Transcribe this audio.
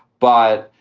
but,